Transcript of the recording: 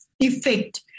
effect